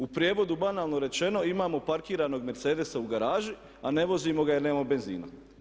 U prijevodu banalno rečeno imamo parkiranog mercedesa u garaži a ne vozimo ga jer nemamo benzina.